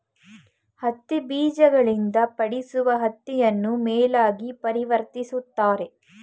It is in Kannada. ಹತ್ತಿ ಬೀಜಗಳಿಂದ ಪಡಿಸುವ ಹತ್ತಿಯನ್ನು ಮೇಲಾಗಿ ಪರಿವರ್ತಿಸುತ್ತಾರೆ